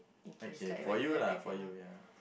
okay for you lah for you ya